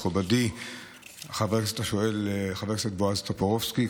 מכובדי חבר הכנסת השואל חבר הכנסת בועז טופורובסקי,